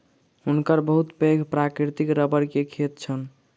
हुनकर बहुत पैघ प्राकृतिक रबड़ के खेत छैन